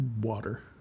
water